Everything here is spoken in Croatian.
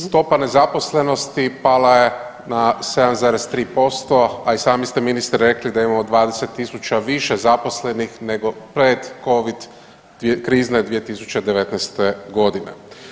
Stopa nezaposlenosti pala je na 7,3%, a i sami ste ministre rekli da imamo 20.000 više zaposlenih nego pred covid krizne 2019.g.